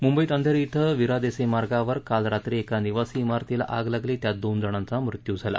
मुंबईत अंधेरी इथं विरा देसाई मार्गावर काल रात्री एका निवासी इमारतीला आग लागली त्यात दोनजणांचा मृत्यू झाला